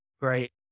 right